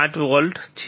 5 volt છે